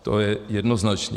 To je jednoznačné.